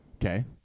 Okay